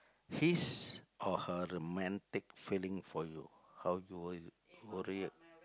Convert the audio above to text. his or her romantic feeling for you how you will worry